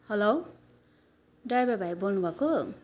hello driver भाइ बोल्नु भएको